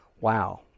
Wow